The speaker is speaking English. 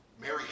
Mary